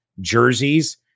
jerseys